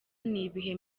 n’ibihe